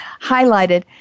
highlighted